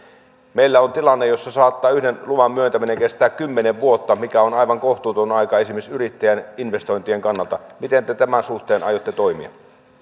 meillä on tilanne jossa saattaa yhden luvan myöntäminen kestää kymmenen vuotta mikä on aivan kohtuuton aika esimerkiksi yrittäjän investointien kannalta miten te tämän suhteen aiotte toimia otetaan